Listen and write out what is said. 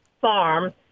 farm